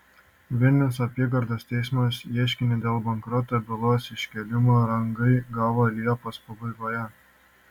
vilniaus apygardos teismas ieškinį dėl bankroto bylos iškėlimo rangai gavo liepos pabaigoje